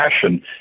passion